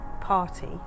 party